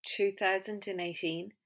2018